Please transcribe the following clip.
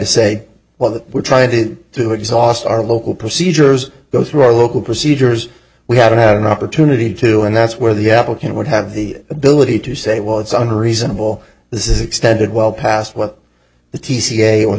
say well we're trying to exhaust our local procedures go through our local procedures we haven't had an opportunity to and that's where the applicant would have the ability to say well it's under reasonable this is extended well past what the